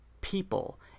people